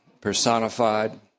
personified